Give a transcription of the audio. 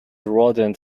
rodent